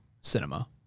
cinema